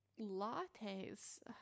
lattes